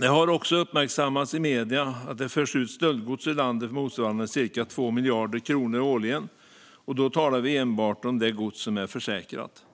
Det har också uppmärksammats i medierna att det förs ut stöldgods ur landet motsvarande cirka 2 miljarder kronor årligen. Då talar vi enbart om det gods som är försäkrat.